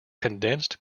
condensed